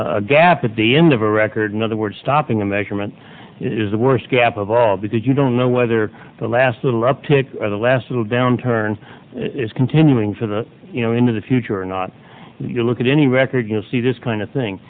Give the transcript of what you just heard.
a gap at the end of a record in other words stopping a measurement is the worst gap of all because you don't know whether the last little uptick the last little downturn is continuing for the you know into the future or not you look at any recognised he just kind of thing